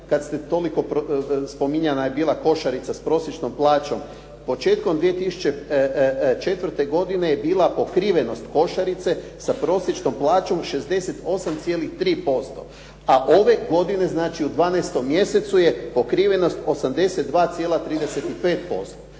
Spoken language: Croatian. kada ste toliko, spominjana je bila košarica sa prosječnom plaćom. Početkom 2004. godine je bila pokrivenost košarice sa prosječnom plaćom 68.3%. A ove godine znači u 12 mjesecu je pokrivenost 82.35%.